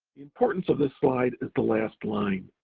importance of this slide is the last line,